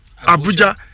Abuja